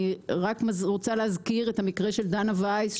אני רק רוצה להזכיר את המקרה של דנה וייס,